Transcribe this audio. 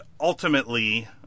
ultimately